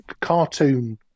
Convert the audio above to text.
cartoon